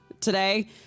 today